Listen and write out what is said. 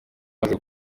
yaje